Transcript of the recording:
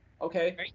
Okay